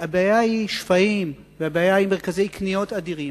הבעיה היא שפיים, והבעיה היא מרכזי קניות אדירים.